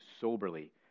soberly